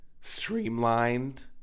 streamlined